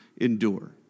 endure